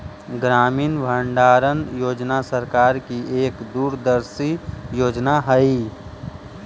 ग्रामीण भंडारण योजना सरकार की एक दूरदर्शी योजना हई